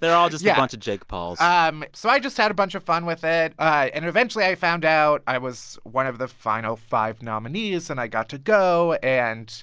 they're all just a yeah bunch of jake pauls um so i just had a bunch of fun with it, and eventually i found out i was one of the final five nominees and i got to go. and